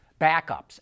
Backups